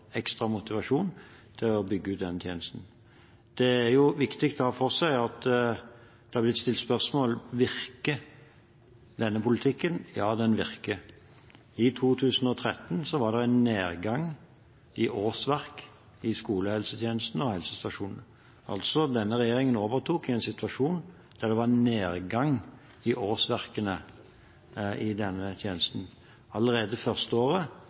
ekstra motivasjon til å bygge ut den tjenesten. Det er viktig å ha for seg når det har blitt stilt spørsmål om denne politikken virker: Ja, den virker. I 2013 var det en nedgang i antall årsverk i skolehelsetjenesten og i helsestasjonene. Denne regjeringen overtok altså i en situasjon der det var nedgang i antall årsverk i denne tjenesten. Allerede det første året